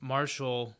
Marshall